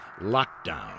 Lockdown